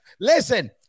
listen